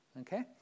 Okay